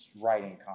writing